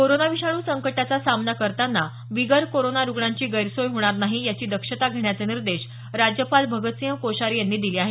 corona विषाणू संकटाचा सामना करताना बिगर कोरोना रुग्णांची गैरसोय होणार नाही याची दक्षता घेण्याचे निर्देश राज्यपाल भगतसिंह कोश्यारी यांनी दिले आहेत